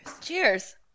Cheers